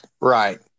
Right